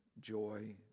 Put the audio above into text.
joy